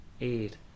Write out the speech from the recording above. eight